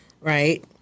Right